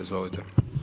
Izvolite.